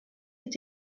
est